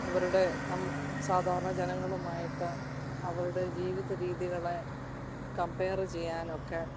അവരുടെ സാധാരണ ജനങ്ങളുമായിട്ട് അവരുടെ ജീവിതരീതികളെ കംപയറ് ചെയ്യാനൊക്കെ